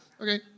Okay